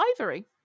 Ivory